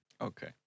Okay